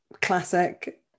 classic